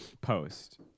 post